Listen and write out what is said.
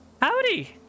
Howdy